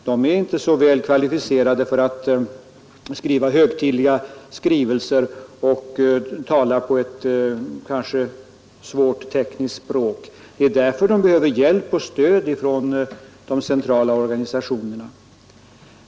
De är inte så väl kvalificerade att skriva högtidliga skrivelser och använda ett kanske svårt tekniskt språk, och det är därför de behöver hjälp och stöd från de centrala organisationerna.